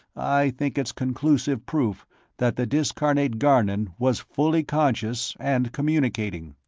i think it's conclusive proof that the discarnate garnon was fully conscious and communicating.